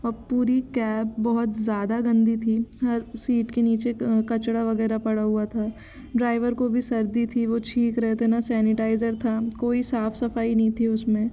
और पूरी कैब बहुत ज़्यादा गंदी थी हर सीट के नीचे कचरा वग़ैरह पड़ा हुआ था ड्राइवर को भी सर्दी थी वो छींक रहे थे ना सैनिटाइज़र था कोई साफ़ सफ़ाई नहीं थी उसमें